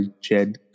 Jed